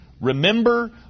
Remember